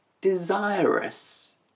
desirous